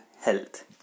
health